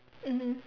mmhmm